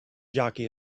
jockey